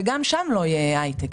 וגם שם לא יהיה הייטק.